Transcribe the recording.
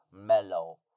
Mellow